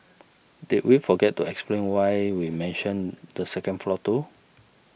did we forget to explain why we mentioned the second floor too